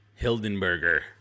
Hildenberger